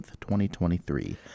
2023